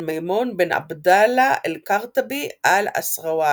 ميمون بن عبد الله القرطبي الإسرائيلي,